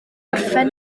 orffen